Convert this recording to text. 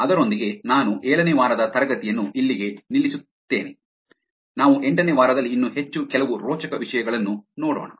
ಅದರೊಂದಿಗೆ ನಾನು ಏಳನೇ ವಾರದ ತರಗತಿಯನ್ನು ಇಲ್ಲಿಗೆ ನಿಲ್ಲಿಸುತ್ತೇನೆ ನಾವು ಎಂಟನೇ ವಾರದಲ್ಲಿ ಇನ್ನೂ ಕೆಲವು ರೋಚಕ ವಿಷಯಗಳನ್ನು ನೋಡೋಣ